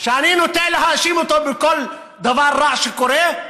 שאני נוטה להאשים אותו בכל דבר רע שקורה,